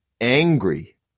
angry